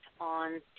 on